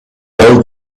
old